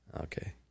Okay